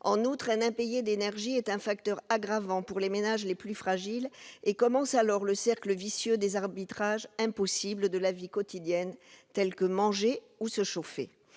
au logement. Un impayé d'énergie est un facteur aggravant pour les ménages les plus fragiles. Commence alors le cercle vicieux des arbitrages impossibles de la vie quotidienne tels que choisir entre manger ou se chauffer.